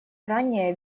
ранняя